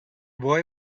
boy